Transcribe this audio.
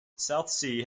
southsea